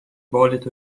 بالت